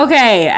Okay